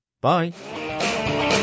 Bye